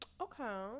okay